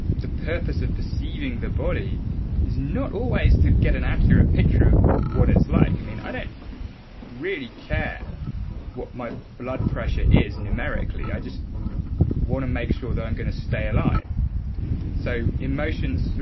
the purpose of perceiving the body is not always to get an accurate picture of what it's like. and i i don't really care what my blood pressure is numerically. i just want to make sure that i'm going to stay alive so emotions,